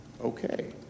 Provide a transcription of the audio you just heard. Okay